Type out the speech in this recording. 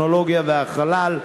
הטכנולוגיה והחלל.